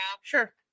Sure